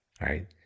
right